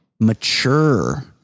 mature